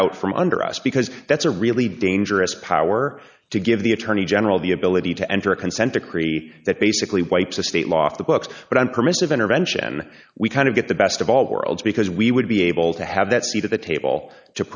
out from under us because that's a really dangerous power to give the attorney general the ability to enter a consent decree that basically wipes a state law off the books but on permissive intervention we kind of get the best of all worlds because we would be able to have that seat at the table to